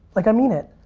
like i mean it.